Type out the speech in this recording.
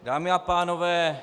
Dámy a pánové...